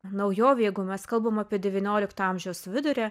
naujovė jeigu mes kalbam apie devyniolikto amžiaus vidurį